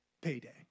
payday